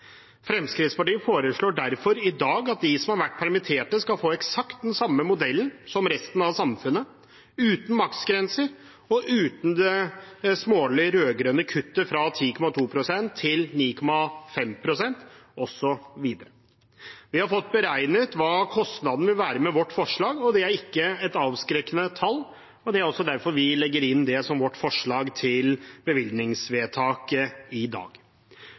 Fremskrittspartiet foreslår derfor i dag at de som har vært permittert, skal få eksakt den samme modellen som resten av samfunnet, uten maksgrenser og uten det smålige rød-grønne kuttet fra 10,2 pst. til 9,5 pst. osv. Vi har fått beregnet hva kostnaden vil være med vårt forslag, og det er ikke et avskrekkende tall. Det er også derfor vi legger det inn som vårt forslag til bevilgningsvedtak i dag.